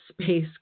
space